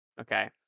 Okay